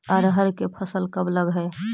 अरहर के फसल कब लग है?